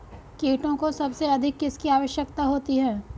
कीटों को सबसे अधिक किसकी आवश्यकता होती है?